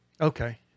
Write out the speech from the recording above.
okay